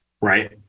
Right